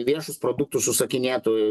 viešus produktus užsakinėtų